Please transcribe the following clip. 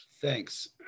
Thanks